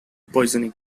poisoning